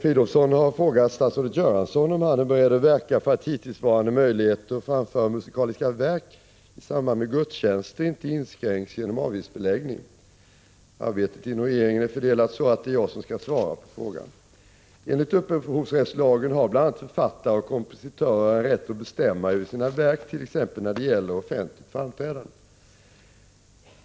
Fridolfsson har frågat statsrådet Göransson om han är beredd att verka för att hittillsvarande möjligheter att framföra musikaliska verk i samband med gudstjänster inte inskränks genom avgiftsbeläggning. Arbetet inom regeringen är så fördelat att det är jag som skall svara på frågan. Enligt upphovsrättslagen har bl.a. författare och kompositörer en rätt att bestämma över sina verk, t.ex. när det gäller offentligt framförande.